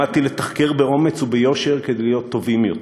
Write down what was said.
למדתי לתחקר באומץ וביושר כדי להיות טובים יותר.